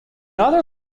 other